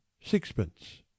sixpence